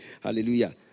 Hallelujah